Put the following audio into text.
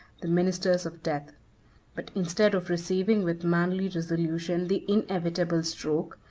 the ministers of death but instead of receiving with manly resolution the inevitable stroke,